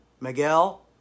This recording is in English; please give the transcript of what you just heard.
Miguel